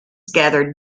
gathered